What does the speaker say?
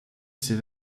ces